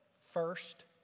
first